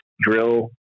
Drill